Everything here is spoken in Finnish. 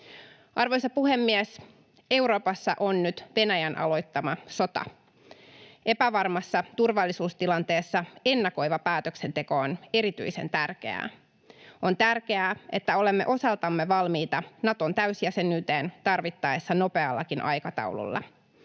Arvoisa puhemies! Euroopassa on nyt Venäjän aloittama sota. Epävarmassa turvallisuustilanteessa ennakoiva päätöksenteko on erityisen tärkeää. On tärkeää, että olemme osaltamme valmiita Naton täysjäsenyyteen, tarvittaessa nopeallakin aikataululla.